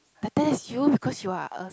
but that's you because you are a